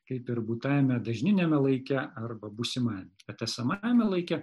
kaip ir būtajame dažniniame laike arba būsimajame bet esamajame laike